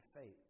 faith